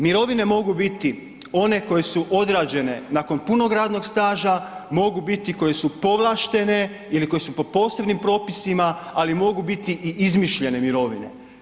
Mirovine mogu biti one koje su odrađene nakon punog radnog staža, mogu biti koje su povlaštene ili koje su po posebnim propisima, ali mogu biti i izmišljene mirovine.